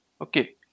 okay